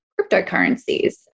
cryptocurrencies